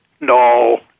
No